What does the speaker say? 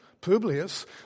Publius